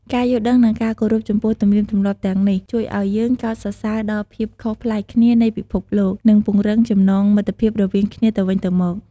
ការយល់ដឹង និងការគោរពចំពោះទំនៀមទម្លាប់ទាំងនេះជួយឱ្យយើងកោតសរសើរដល់ភាពខុសប្លែកគ្នានៃពិភពលោក និងពង្រឹងចំណងមិត្តភាពរវាងគ្នាទៅវិញទៅមក។